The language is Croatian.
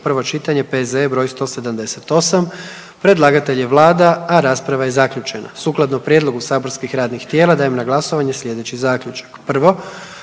prvo čitanje, P.Z.E. br. 185, predlagatelj je Vlada RH, rasprava je zaključena. Sukladno prijedlogu saborskih radnih tijela, dajem na glasovanje slijedeći zaključak. Prvo,